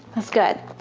that's good.